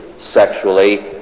sexually